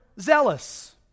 zealous